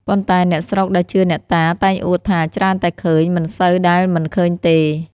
ប៉ុន្តែអ្នកស្រុកដែលជឿអ្នកតា តែងអួតថា ច្រើនតែឃើញ មិនសូវដែលមិនឃើញទេ ។